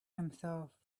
himself